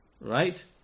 Right